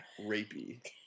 rapey